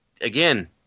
again